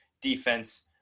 defense